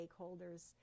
stakeholders